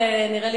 נראה לי,